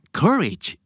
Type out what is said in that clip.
courage